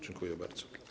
Dziękuję bardzo.